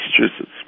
Massachusetts